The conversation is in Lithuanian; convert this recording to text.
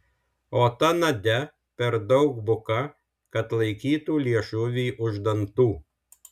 o ta nadia per daug buka kad laikytų liežuvį už dantų